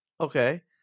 Okay